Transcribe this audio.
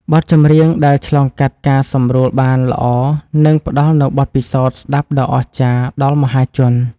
បទចម្រៀងដែលឆ្លងកាត់ការសម្រួលបានល្អនឹងផ្ដល់នូវបទពិសោធន៍ស្ដាប់ដ៏អស្ចារ្យដល់មហាជន។